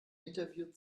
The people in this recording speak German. interview